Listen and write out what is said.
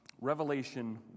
Revelation